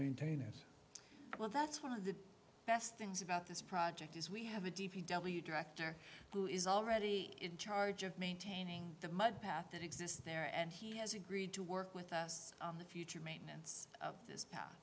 maintain it well that's one of the best things about this project is we have a d v w director who is already in charge of maintaining the mud path that exists there and he has agreed to work with us on the future maintenance of this pow